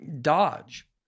dodge